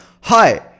hi